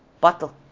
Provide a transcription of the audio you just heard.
bottle